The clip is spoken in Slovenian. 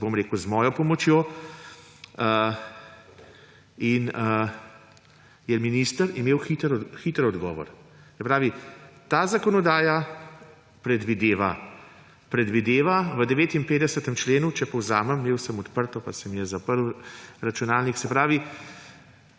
tudi z mojo pomočjo, in je minister imel hiter odgovor. Se pravi, ta zakonodaja predvideva v 59. členu, če povzamem – imel sem odprto, pa se mi je zaprl računalnik –, se pravi,